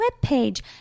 webpage